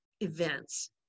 events